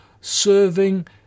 serving